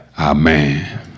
Amen